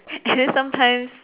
and then sometimes